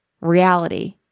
reality